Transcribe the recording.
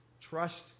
Trust